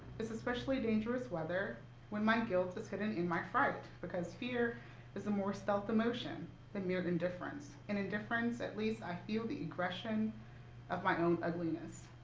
it's especially dangerous weather when my guilt is hidden in my fright, because fear is a more stealth emotion than mere indifference. in indifference, at least i feel the egression of my own ugliness.